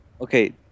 Okay